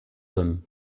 them